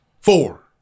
four